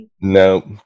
No